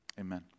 amen